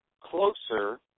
closer